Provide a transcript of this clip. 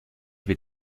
wird